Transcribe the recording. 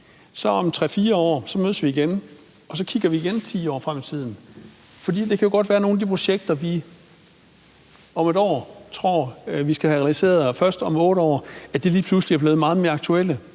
så om 3-4 år mødes igen, så igen kigger 10 år frem i tiden. For det kan jo godt være, at nogle af de projekter, som vi om 1 år tror vi skal have realiseret først om 8 år, lige pludselig er blevet meget mere aktuelle